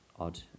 odd